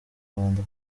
rwanda